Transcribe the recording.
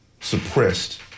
suppressed